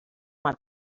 want